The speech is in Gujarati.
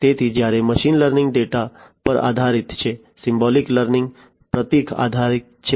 તેથી જ્યારે મશીન લર્નિંગ ડેટા પર આધારિત છે સિમ્બોલિક લર્નિંગ પ્રતીક આધારિત છે